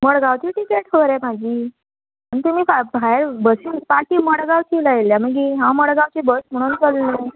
मडगांवचें ticket मरे म्हाजी आनी तुमी भायर बसीन पाटी मडगांवची लायल्या मागीर हांव मडगांवची बस म्हणून चडलें